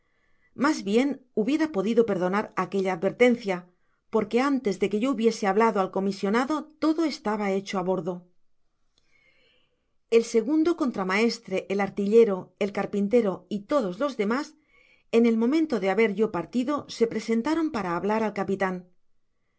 mas bien hubiera podido perdonar aquella advertencia porque antes de que yo hubiese hablado al comisionado todo estaba hecho ábordo content from google book search generated at el segundo contramaestre el artillero el carpintero y todos los demas en el momento de haber yo partido se presentaron para hablar al capitan